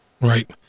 Right